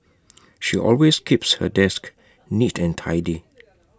she always keeps her desk neat and tidy